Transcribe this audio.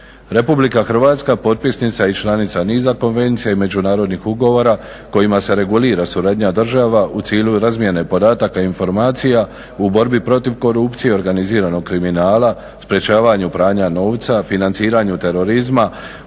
RH surađuje. RH potpisnica je i članica niza konvencija i međunarodnih ugovora kojima se regulira suradnja država u cilju razmjene podataka i informacija u borbi protiv korupcije, organiziranog kriminala, sprečavanju pranja novca, financiranju terorizma,